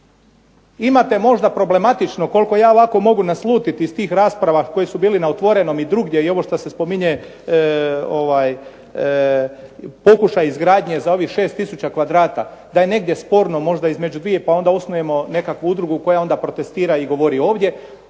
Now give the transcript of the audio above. Imate možda problematično koliko ja ovako mogu naslutiti iz tih rasprava koji su bili na "Otvorenom" i drugdje i ovo šta se spominje pokušaj izgradnje za ovih 6 tisuća kvadrata, da je negdje sporno možda između dvije, pa onda osnujemo nekakvu udrugu koja onda protestira i govori ovdje,